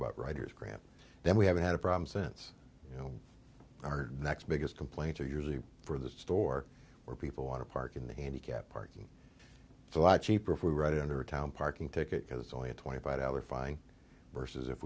about writer's cramp then we haven't had a problem since you know our next biggest complaints are usually for the store where people want to park in the handicapped parking lot cheaper for right under town parking ticket has only a twenty five dollar fine versus if